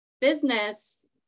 business